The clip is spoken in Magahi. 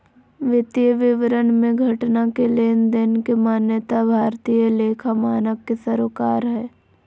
वित्तीय विवरण मे घटना के लेनदेन के मान्यता भारतीय लेखा मानक के सरोकार हय